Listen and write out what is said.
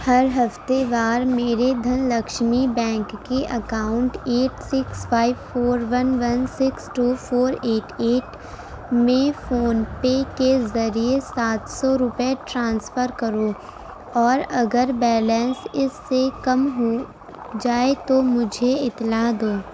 ہر ہفتے وار میرے دھن لکشمی بینک کی account eight six five four one one six two four eight eight میں فون پے کے ذریعے سات سو روپئے ٹرانسفر کرو اور اگر بیلنس اس سے کم ہو جائے تو مجھے اطلاع دو